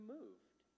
moved